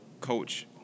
coach